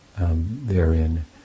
therein